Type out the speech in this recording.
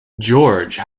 george